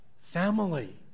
family